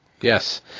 yes